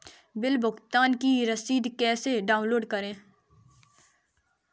Bill भुगतान की रसीद कैसे डाउनलोड करें?